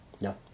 No